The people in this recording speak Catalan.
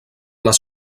les